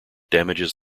damages